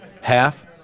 Half